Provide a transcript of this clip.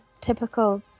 typical